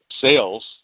sales